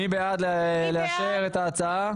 מי בעד לאשר את ההצעה?